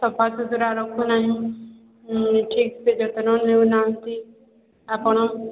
ସଫାସୁତରା ରଖୁ ନାହିଁ ଠିକ୍ସେ ଯତ୍ନ ନଉ ନାହାନ୍ତି ଆପଣ